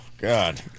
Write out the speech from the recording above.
God